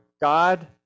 God